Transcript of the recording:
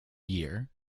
year